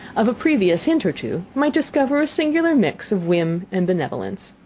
of a previous hint or two, might discover a singular mixture of whim and benevolence.